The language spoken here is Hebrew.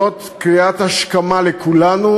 זאת קריאת השכמה לכולנו,